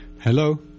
Hello